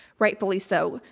rightfully so,